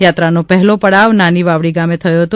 યાત્રાનો પહેલો પડાવ નાની વાવડી ગામે થયો હતો